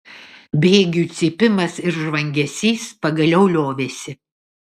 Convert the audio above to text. bėgių cypimas ir žvangesys pagaliau liovėsi